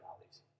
valleys